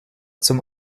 zum